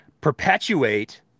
perpetuate